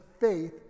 faith